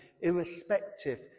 Irrespective